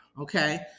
okay